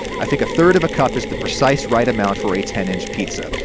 i think a third of a cup is the precise right amount for a ten inch pizza.